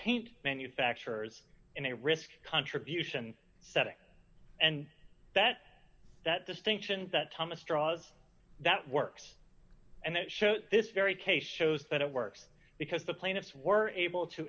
paint manufacturers in a risk contribution setting and that that distinctions that thomas draws that works and they show this very case shows that it works because the plaintiffs were able to